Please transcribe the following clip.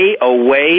away